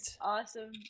awesome